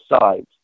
sides